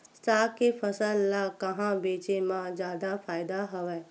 साग के फसल ल कहां बेचे म जादा फ़ायदा हवय?